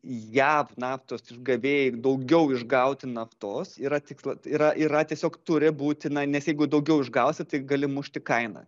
jav naftos išgavėjai daugiau išgauti naftos yra tiksla yra yra tiesiog turi būti na nes jeigu daugiau išgausi tai gali mušti kainą